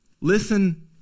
Listen